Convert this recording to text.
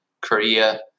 Korea